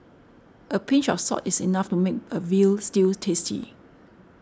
a pinch of salt is enough to make a Veal Stew tasty